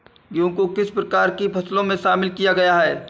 गेहूँ को किस प्रकार की फसलों में शामिल किया गया है?